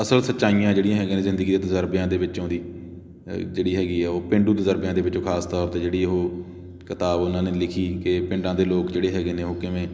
ਅਸਲ ਸੱਚਾਈਆਂ ਜਿਹੜੀਆਂ ਹੈਗੀਆਂ ਜ਼ਿੰਦਗੀ ਦੇ ਤਜ਼ਰਬਿਆਂ ਦੇ ਵਿੱਚ ਆਉਂਦੀ ਜਿਹੜੀ ਹੈਗੀ ਆ ਉਹ ਪੇਂਡੂ ਤਜ਼ਰਬਿਆਂ ਦੇ ਵਿੱਚੋਂ ਖ਼ਾਸ ਤੌਰ 'ਤੇ ਜਿਹੜੀ ਉਹ ਕਿਤਾਬ ਉਨ੍ਹਾਂ ਨੇ ਲਿਖੀ ਕਿ ਪਿੰਡਾਂ ਦੇ ਲੋਕ ਜਿਹੜੇ ਹੈਗੇ ਨੇ ਉਹ ਕਿਵੇਂ